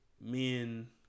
Men